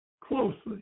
closely